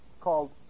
called